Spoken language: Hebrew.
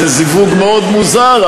זה זיווג מאוד מוזר,